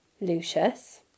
Lucius